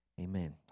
Amen